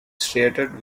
striated